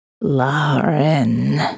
Lauren